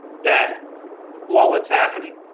bad while it's happening,